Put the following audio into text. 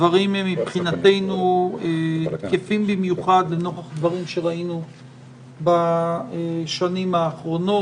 הדברים מבחינתנו תקפים במיוחד לנוכח דברים שראינו בשנים האחרונות.